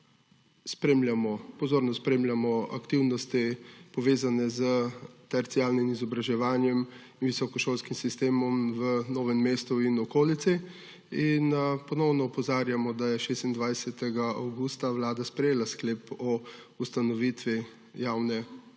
pozorno spremljamo aktivnosti, povezane s terciarnim izobraževanjem in visokošolskim sistemom v Novem mestu in okolici, in ponovno opozarjamo, da je 26. avgusta Vlada sprejela sklep o ustanovitvi, pismo